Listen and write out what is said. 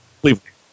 Cleveland